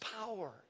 power